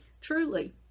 truly